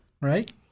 right